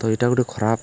ତ ଇତା ଗୁଟେ ଖରାପ୍